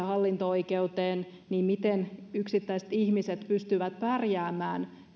hallinto oikeuteen tulee valituksia niin miten yksittäiset ihmiset pystyvät pärjäämään